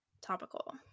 topical